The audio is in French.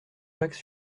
jacques